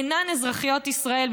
אינן אזרחיות ישראל,